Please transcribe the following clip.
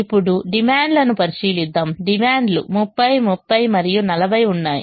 ఇప్పుడు డిమాండ్లను పరిశీలిద్దాం డిమాండ్లు 30 30 మరియు 40 ఉన్నాయి